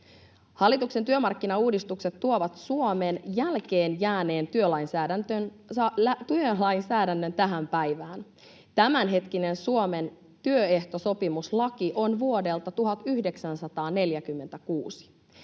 Hallituksen työmarkkinauudistukset tuovat Suomen jälkeenjääneen työlainsäädännön tähän päivään. Tämänhetkinen Suomen työehtosopimuslaki on vuodelta 1946.